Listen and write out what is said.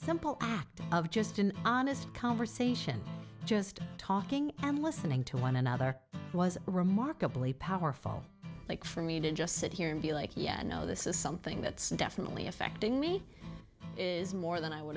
simple act of just an honest conversation just talking and listening to one another was remarkably powerful like for me to just sit here and be like yeah i know this is something that's definitely affecting me is more than i would